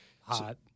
Hot